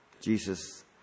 Jesus